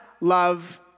love